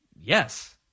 yes